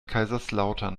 kaiserslautern